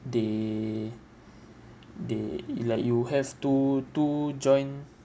they they it like you have to to join